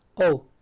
oh,